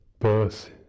Birth